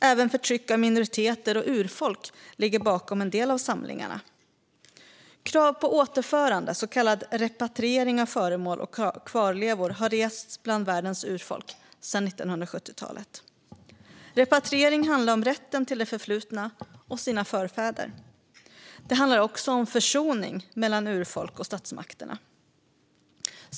Även förtryck av minoriteter och urfolk ligger bakom en del av samlingarna. Krav på återförande, så kallad repatriering, av föremål och kvarlevor har rests bland världens urfolk sedan 1970-talet. Repatriering handlar om rätten till det förflutna och till ens förfäder. Det handlar också om försoning mellan urfolk och statsmakterna.